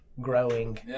growing